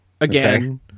again